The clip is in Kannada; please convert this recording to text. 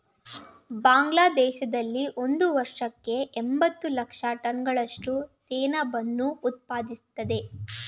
ಬಾಂಗ್ಲಾದೇಶದಲ್ಲಿ ಒಂದು ವರ್ಷಕ್ಕೆ ಎಂಬತ್ತು ಲಕ್ಷ ಟನ್ಗಳಷ್ಟು ಸೆಣಬನ್ನು ಉತ್ಪಾದಿಸ್ತದೆ